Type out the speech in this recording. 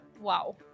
Wow